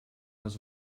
was